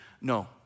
No